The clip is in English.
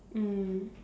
mm